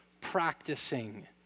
practicing